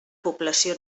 població